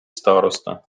староста